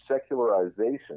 secularization